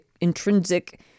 intrinsic